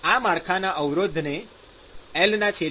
આ માળખાના અવરોધ ને LkA